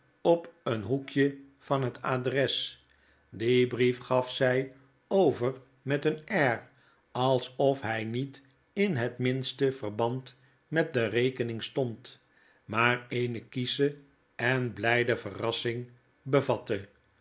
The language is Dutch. op een hoekje van het mruppw mm beidbn op hun best dien brief gaf zij over met eenairalsof hg niet in het minste verband met de rekening stond maar eene kiesche en blflde verrassing